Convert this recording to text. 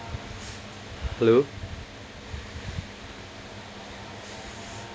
hello